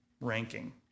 ranking